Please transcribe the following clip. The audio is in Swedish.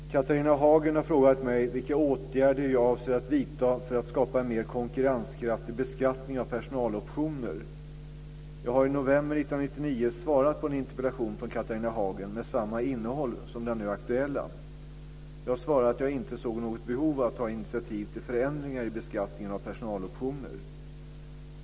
Fru talman! Catharina Hagen har frågat mig vilka åtgärder jag avser att vidta för att skapa en mer konkurrenskraftig beskattning av personaloptioner. Jag har i november 1999 svarat på en interpellation från Catharina Hagen med samma innehåll som den nu aktuella. Jag svarade att jag inte såg något behov av att ta initiativ till förändringar i beskattningen av personaloptioner.